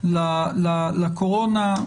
לקורונה?